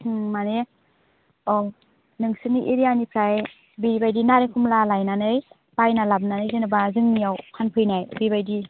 ओम माने औ नोंसिनि एरियानिफ्राय बेबायदि नारेंखमला लायनानै बायना लाबोनानै जेन'बा जोंनियाव फानफैनाय बेबायदि